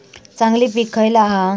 चांगली पीक खयला हा?